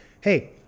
Hey